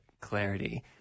clarity